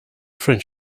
french